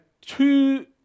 two